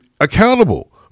accountable